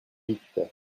vite